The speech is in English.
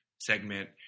segment